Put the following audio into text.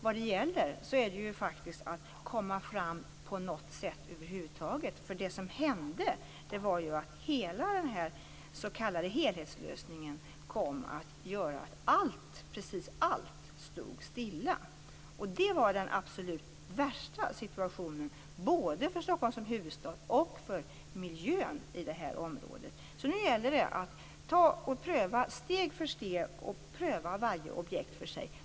Vad det gäller är faktiskt att komma fram på något sätt över huvud taget. Det som hände var ju att den s.k. helhetslösningen kom att göra att allt, precis allt, stod stilla, och det var den absolut värsta situationen både för Stockholm som huvudstad och för miljön i det här området. Nu gäller det att steg för steg pröva varje objekt för sig.